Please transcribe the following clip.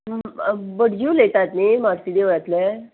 भटजी उलयतात न्ही म्हापशा देवळांतले